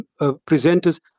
presenters